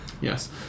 Yes